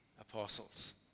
apostles